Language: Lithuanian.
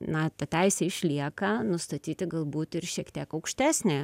na ta teisė išlieka nustatyti galbūt ir šiek tiek aukštesnę